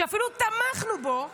שאפילו תמכנו בו,